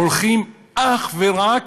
הולכים אך ורק